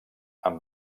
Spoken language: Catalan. amb